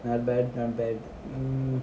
not bad not bad mm